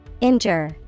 Injure